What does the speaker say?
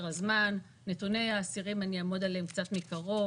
נתוני האסירים אעמוד קצת מקרוב.